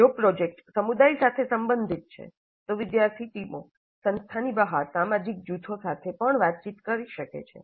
જો પ્રોજેક્ટ સમુદાય સાથે સંબંધિત છે તો વિદ્યાર્થી ટીમો સંસ્થાની બહાર સામાજિક જૂથો સાથે પણ વાતચીત કરી શકે છે